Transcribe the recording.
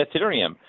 Ethereum